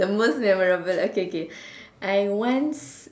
the most memorable okay k I once